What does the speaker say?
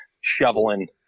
shoveling